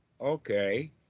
okay